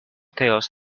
tales